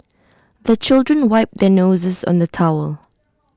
the children wipe their noses on the towel